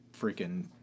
freaking